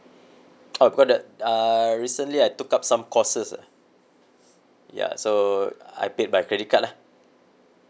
uh about that uh recently I took up some courses uh ya so I paid by credit card lah